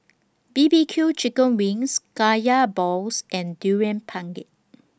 B B Q Chicken Wings Kaya Balls and Durian Pengat